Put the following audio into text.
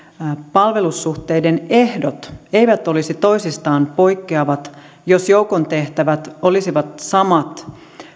palvelussuhteiden ehdot eivät olisi toisistaan poikkeavat jos joukon tehtävät olisivat samat